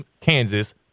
Kansas